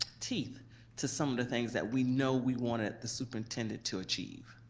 teeth to some of the things that we know we wanted the superintendent to achieve.